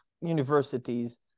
universities